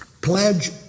Pledge